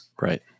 Right